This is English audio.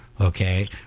Okay